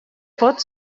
pot